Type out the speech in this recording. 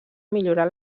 millorar